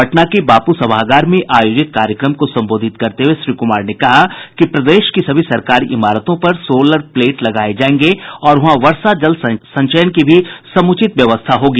पटना के बापू सभागार में आयोजित कार्यक्रम को संबोधित करते हुए श्री कुमार ने कहा कि प्रदेश की सभी सरकारी इमारतों पर सोलर प्लेट लगाये जायेंगे और वहां वर्षा जल संचयन की भी समुचित व्यवस्था होगी